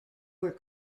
were